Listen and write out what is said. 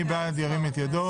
מי בעד, ירים את ידו.